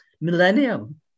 millennium